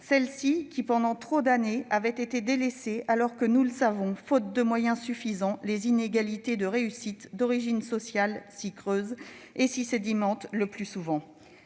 primaire, qui, pendant trop d'années, avait été délaissée, alors que- nous le savons -, faute de moyens suffisants, les inégalités de réussite en fonction de l'origine sociale s'y creusent et s'y sédimentent le plus souvent.